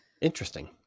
Interesting